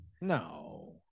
No